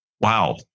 wow